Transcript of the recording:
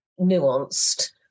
nuanced